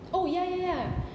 oh ya ya ya